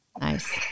nice